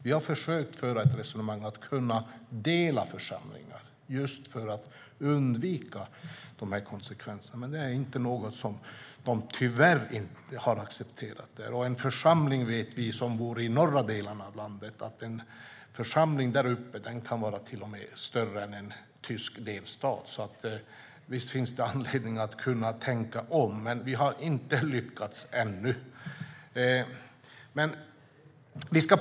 Vi har försökt föra ett resonemang om att kunna dela församlingar, just för att undvika de här konsekvenserna, men det är tyvärr inget som EU har accepterat. Vi som bor i norra delen av landet vet att en församling där uppe till och med kan vara större än en tysk delstat. Så visst finns det anledning att tänka om, men vi har inte lyckats få till det ännu.